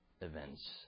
events